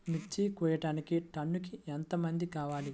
మిర్చి కోయడానికి టన్నుకి ఎంత మంది కావాలి?